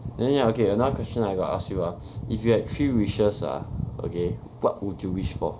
then ya okay another question I got to ask you ah if you had three wishes ah okay what would you wish for